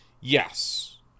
Yes